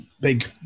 big